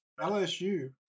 LSU